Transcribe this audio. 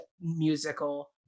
musical